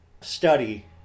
study